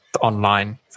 online